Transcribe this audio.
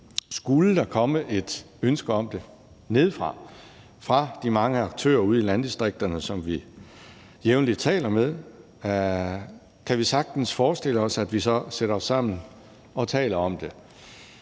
skulle komme et ønske om det nedefra, fra de mange aktører ude i landdistrikterne, som vi jævnligt taler med, kan vi sagtens forestille os, at vi så sætter os sammen og taler om det.